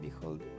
Behold